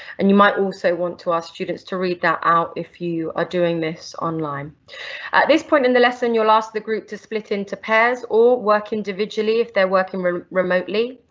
and you might also want to ask students to read that out if you are doing this online. at this point in the lesson you'll ask the group to split into pairs, or work individually if they're working remotely,